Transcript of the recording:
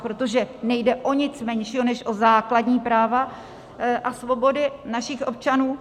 Protože nejde o nic menšího než o základní práva a svobody našich občanů.